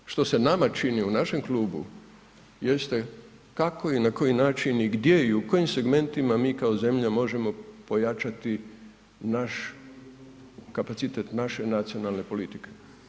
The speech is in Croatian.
Ono što se nama čini u našem klubu jeste kako i na koji način i gdje i u kojim segmentima mi kao zemlja možemo pojačati naš kapacitet naše nacionalne politike.